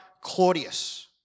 Claudius